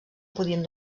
podien